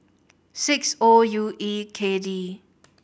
six O U E K D